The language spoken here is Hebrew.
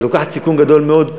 את לוקחת סיכון גדול מאוד.